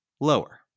lower